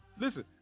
Listen